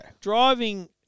driving